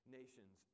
nations